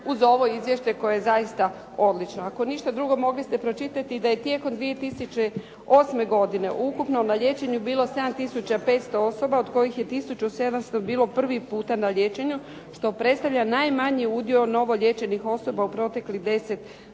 uz ovo izvješće koje je zaista odlično. Ako ništa drugo, mogli ste pročitati da je tijekom 2008. godine ukupno na liječenju bilo 7500 osoba od kojih je 1700 bilo prvi puta na liječenju, što predstavlja najmanji udio novoliječenih osoba u proteklih deset